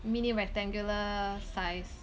mini rectangular size